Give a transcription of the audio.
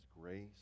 grace